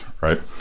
right